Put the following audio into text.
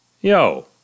Yo